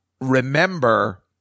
remember